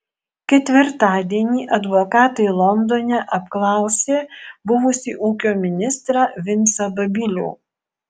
ketvirtadienį advokatai londone apklausė buvusį ūkio ministrą vincą babilių